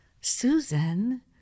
Susan